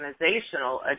organizational